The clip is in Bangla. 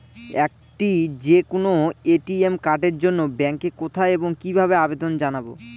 একটি যে কোনো এ.টি.এম কার্ডের জন্য ব্যাংকে কোথায় এবং কিভাবে আবেদন জানাব?